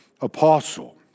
apostle